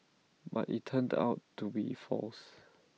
but IT turned out to be false